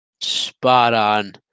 spot-on